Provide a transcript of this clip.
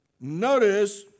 Notice